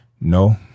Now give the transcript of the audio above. no